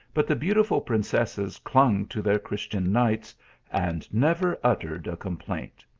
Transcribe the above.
but the beautiful princesses clung to their christian knights and never uttered a complaint.